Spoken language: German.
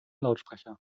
lautsprecher